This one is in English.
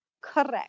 Correct